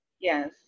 Yes